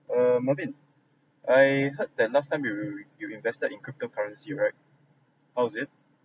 err mervyn I heard that last time you you invested in cryptocurrency right how was it